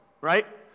right